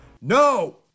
No